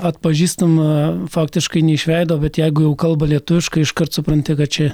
atpažįstam faktiškai ne iš veido bet jeigu jau kalba lietuviškai iškart supranti kad čia